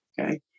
okay